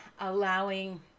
allowing